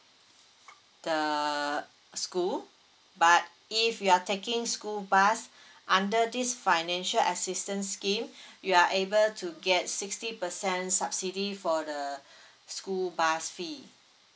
the school but if you are taking school bus under this financial assistance scheme you are able to get sixty percent subsidy for the school bus fee